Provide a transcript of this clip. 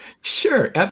sure